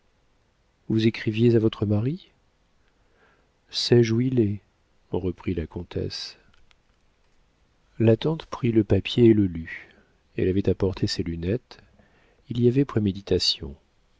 vous écriviez à votre mari sais-je où il est reprit la comtesse la tante prit le papier et le lut elle avait apporté ses lunettes il y avait préméditation